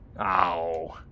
Ow